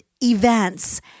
events